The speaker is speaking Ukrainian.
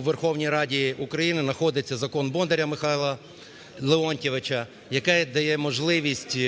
Верховній Раді України знаходиться закон Бондара Михайла Леонтійовича, який дає можливість